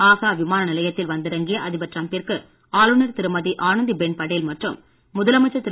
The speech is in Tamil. ஆக்ரா விமான நிலையத்தில் வந்திறங்கிய அதிபர் ட்ரம்பிற்கு ஆளுநர் திருமதி ஆனந்தி பென் படேல் மற்றும் முதலமைச்சர் திரு